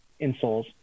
insoles